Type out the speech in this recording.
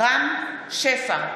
רם שפע,